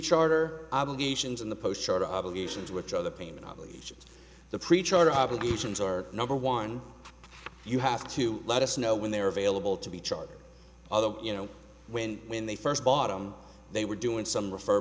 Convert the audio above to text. charge or obligations in the post chart obligations which other payment obligations the preacher obligations are number one you have to let us know when they are available to be chartered other you know when when they first bought on they were doing some refer